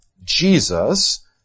Jesus